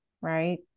Right